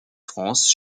france